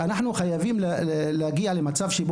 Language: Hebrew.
אנחנו חייבים גם להגיע למצב של